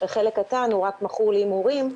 וחלק קטן הוא רק מכור להימורים.